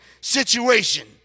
situation